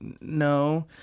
no